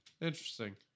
Interesting